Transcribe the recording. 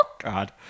God